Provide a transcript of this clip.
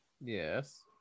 yes